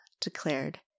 declared